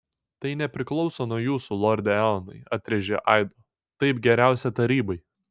tai nepriklauso nuo jūsų lorde eonai atrėžė aido taip geriausia tarybai